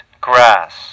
grass